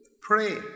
Pray